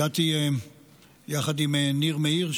הגעתי יחד עם ניר מאיר,